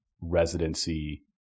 residency